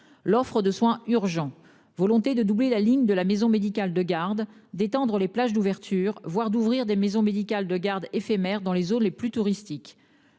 l'offre de soins urgents, volonté de doubler la ligne de la maison médicale de garde détendre les plages d'ouverture, voire d'ouvrir des maisons médicales de garde éphémère dans les zones les plus touristiques.